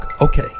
Okay